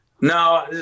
no